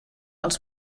els